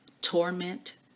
torment